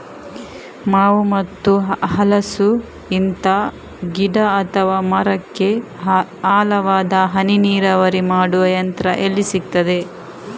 ಮಾವು ಮತ್ತು ಹಲಸು, ಇಂತ ಗಿಡ ಅಥವಾ ಮರಕ್ಕೆ ಆಳವಾದ ಹನಿ ನೀರಾವರಿ ಮಾಡುವ ಯಂತ್ರ ಎಲ್ಲಿ ಸಿಕ್ತದೆ?